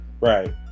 right